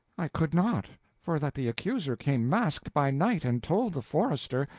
i could not, for that the accuser came masked by night, and told the forester,